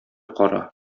кара